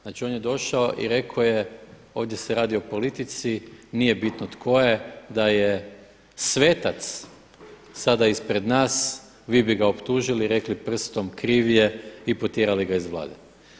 Znači on je došao i rekao je ovdje se radi o politici, nije bitno tko je da je svetac sada ispred nas vi bi ga optužili i rekli prstom kriv je i potjerali ga iz Vlade.